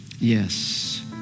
Yes